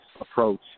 approach